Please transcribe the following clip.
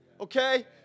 okay